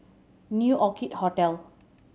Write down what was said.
New Orchid Hotel